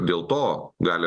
dėl to gali